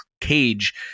Cage